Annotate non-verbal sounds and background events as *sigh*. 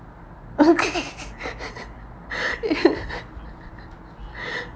*laughs*